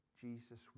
Jesus